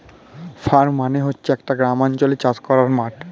farm মানে হচ্ছে একটা গ্রামাঞ্চলে চাষ করার মাঠ